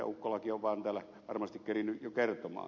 ukkolakin on täällä varmasti kerinnyt jo kertomaan